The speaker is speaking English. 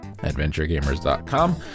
AdventureGamers.com